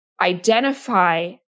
identify